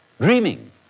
dreaming